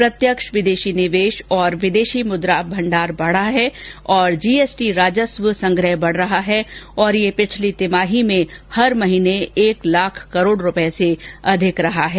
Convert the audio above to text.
प्रत्यक्ष ंविदेशी निवेश और विदेशी मुद्रा भण्डार बढा है और जीएसटी राजस्व संग्रह बढ रहा है और यह पिछली तिमाही में हर महीने एक लाख करोड रूपये से अधिक ही रहा है